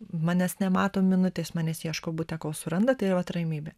manęs nemato minutę jis manęs ieško bute kol suranda tai ir vat ramybė